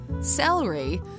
celery